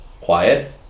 Quiet